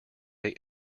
they